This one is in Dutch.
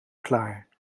klaar